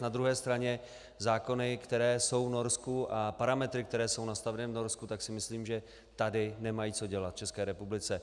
Na druhou stranu zákony, které jsou v Norsku, a parametry, které jsou nastaveny v Norsku, tak si myslím, že tady nemají co dělat, v České republice.